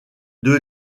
deux